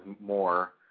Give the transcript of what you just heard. more